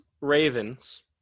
Ravens